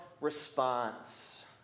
response